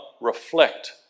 reflect